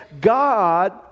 God